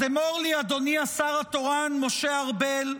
אז אמור לי, אדוני השר התורן משה ארבל,